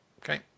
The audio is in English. Okay